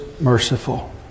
merciful